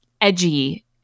edgy